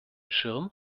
schirm